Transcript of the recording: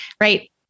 right